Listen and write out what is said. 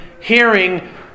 hearing